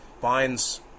finds